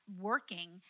working